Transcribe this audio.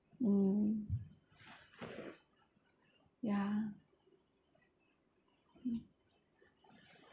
mm ya mm